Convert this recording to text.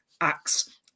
acts